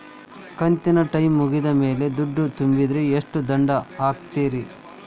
ಕಂತಿನ ಟೈಮ್ ಮುಗಿದ ಮ್ಯಾಲ್ ದುಡ್ಡು ತುಂಬಿದ್ರ, ಎಷ್ಟ ದಂಡ ಹಾಕ್ತೇರಿ?